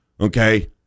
Okay